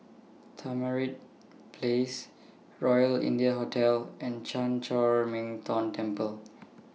Tamarind Place Royal India Hotel and Chan Chor Min Tong Temple